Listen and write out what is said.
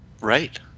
Right